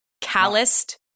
Calloused